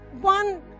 One